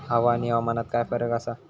हवा आणि हवामानात काय फरक असा?